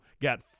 got